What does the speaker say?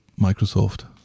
Microsoft